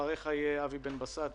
אחריך ידבר פרופ' אבי בן בסט,